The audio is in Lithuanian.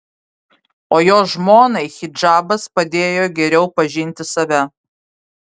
o jo žmonai hidžabas padėjo geriau pažinti save